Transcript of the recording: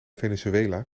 venezuela